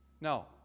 Now